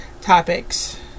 topics